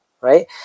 right